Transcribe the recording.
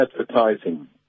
advertising